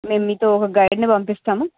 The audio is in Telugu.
మేము మీతో గైడ్ ను పంపిస్తాము